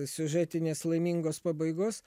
siužetinės laimingos pabaigos